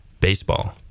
Baseball